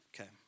Okay